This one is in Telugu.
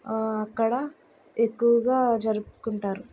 అక్కడ ఎక్కువగా జరుపుకుంటారు